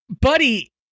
buddy